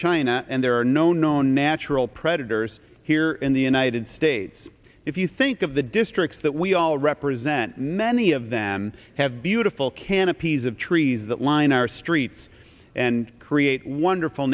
china and there are no known natural predators here in the united states if you think of the districts that we all represent many of them have beautiful canopies of trees that line our streets and create wonderful